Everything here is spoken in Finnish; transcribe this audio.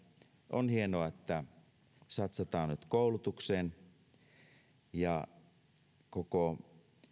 on hienoa että nyt satsataan koulutukseen koko